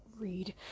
read